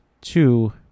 two